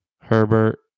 Herbert